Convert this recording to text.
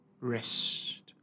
rest